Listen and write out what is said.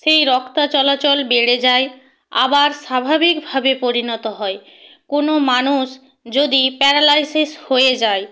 সেই রক্ত চলাচল বেড়ে যায় আবার স্বাভাবিকভাবে পরিণত হয় কোনো মানুষ যদি প্যারালাইসিস হয়ে যায়